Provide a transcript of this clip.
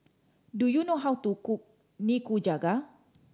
do you know how to cook Nikujaga